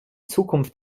zukunft